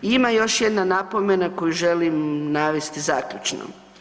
Ima još jedna napomena koju želim navesti zaključno.